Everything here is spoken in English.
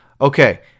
Okay